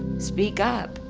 speak up.